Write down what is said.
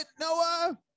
Noah